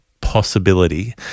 possibility